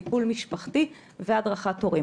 טיפול משפחתי והדרכת הורים.